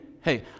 hey